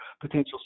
potential